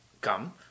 come